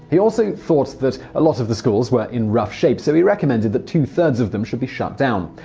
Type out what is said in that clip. he also thought that a lot of the schools were in rough shape, so he recommended that two-thirds of them should be shut down.